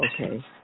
okay